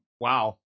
wow